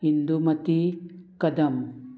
Hindumati Kadam